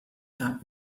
had